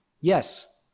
Yes